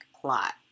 plot